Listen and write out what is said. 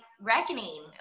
reckoning